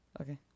Okay